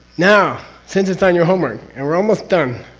now since it's on your homework, and we're almost done.